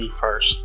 first